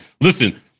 listen